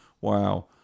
wow